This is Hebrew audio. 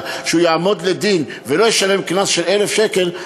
שהוא יעמוד לדין ולא ישלם קנס של 1,000 שקל,